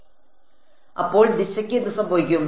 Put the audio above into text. അപ്പോൾ ദിശയ്ക്ക് എന്ത് സംഭവിക്കും